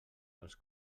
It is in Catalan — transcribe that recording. els